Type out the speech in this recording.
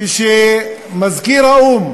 כשמזכיר האו"ם